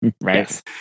Right